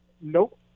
nope